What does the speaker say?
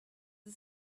the